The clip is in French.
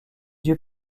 yeux